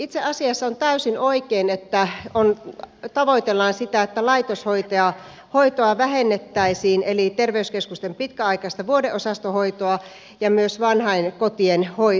itse asiassa on täysin oikein että tavoitellaan sitä että laitoshoitoa vähennettäisiin eli terveyskeskusten pitkäaikaista vuodeosastohoitoa ja myös vanhainkotien hoitoa